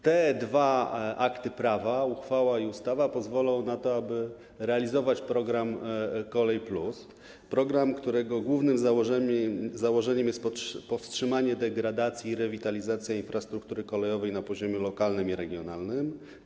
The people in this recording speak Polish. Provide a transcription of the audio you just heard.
Te dwa akty prawa, uchwała i ustawa, pozwolą na to, aby realizować program „Kolej+”, którego głównym założeniem jest powstrzymanie degradacji i rewitalizacja infrastruktury kolejowej na poziomie lokalnym i regionalnym.